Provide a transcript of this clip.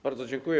Bardzo dziękuję.